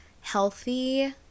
healthy